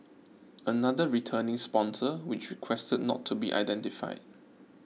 another returning sponsor which requested not to be identified